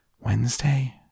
Wednesday